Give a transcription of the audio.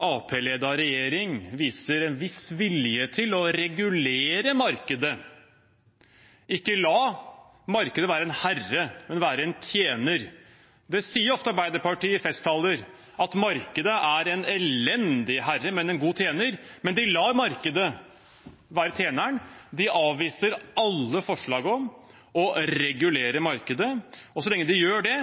Arbeiderparti-ledet regjering viser en viss vilje til å regulere markedet – ikke la markedet være en herre, men være en tjener. Det sier ofte Arbeiderpartiet i festtaler – at markedet er en elendig herre, men en god tjener. Men de lar markedet være tjeneren. De avviser alle forslag om å regulere markedet, og så lenge de gjør det,